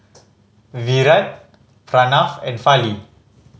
Virat Pranav and Fali